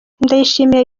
ndayishimiye